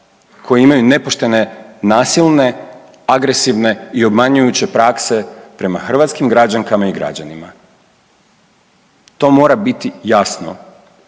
koji imaju nepoštene nasilne, agresivne i obmanjujuće prakse prema hrvatskim građankama i građanima. To mora biti jasno,